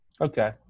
Okay